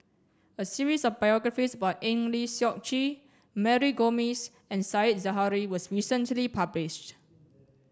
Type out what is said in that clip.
a series of biographies about Eng Lee Seok Chee Mary Gomes and Said Zahari was recently published